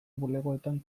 bulegoetan